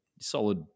solid